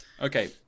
Okay